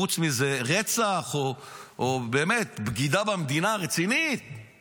חוץ מאיזה רצח או באמת בגידה רצינית במדינה.